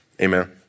amen